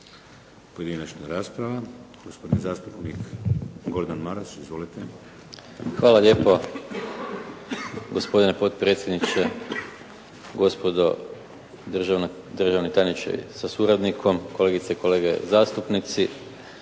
Pojedinačna rasprava, gospodin zastupnik Gordan Maras. Izvolite. **Maras, Gordan (SDP)** Hvala lijepa gospodine potpredsjedniče, gospodo državni tajniče sa suradnikom, kolegice i kolege zastupnici.